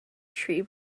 tree